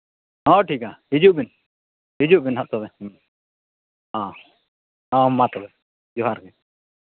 ᱦᱳᱭ ᱴᱷᱤᱠᱟ ᱦᱤᱡᱩᱜ ᱵᱤᱱ ᱦᱤᱡᱩᱜ ᱵᱤᱱ ᱱᱟᱦᱟᱜ ᱛᱚᱵᱮ ᱦᱮᱸ ᱦᱮᱸ ᱢᱟ ᱛᱚᱵᱮ ᱡᱚᱦᱟᱨ ᱜᱮ